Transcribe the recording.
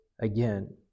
again